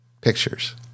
pictures